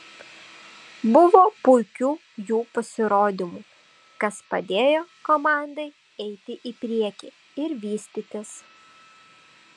buvo puikių jų pasirodymų kas padėjo komandai eiti į priekį ir vystytis